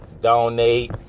Donate